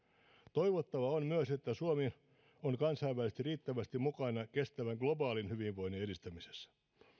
toivottavaa on myös että suomi on kansainvälisesti riittävästi mukana kestävän globaalin hyvinvoinnin edistämisessä